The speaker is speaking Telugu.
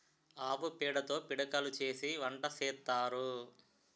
ఆవు పేడతో పిడకలు చేసి వంట సేత్తారు